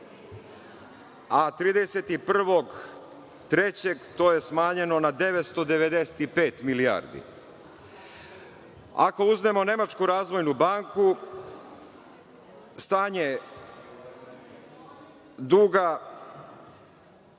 a 31. marta to je smanjeno na 995 milijardi. Ako uzmemo Nemačku razvojnu banku, stanje duga 1.